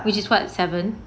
which is what seven